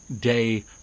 Day